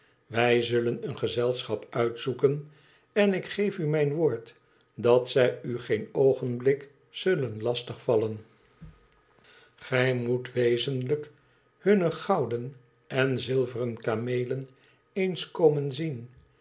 wij zullen een gezelschap uitzoeken en ik geef u mijn woord dat zij u geen oogenblik zullen lastig vallen gij moet wezenlijk hunne gouden en zilveren kameelen eens komen zien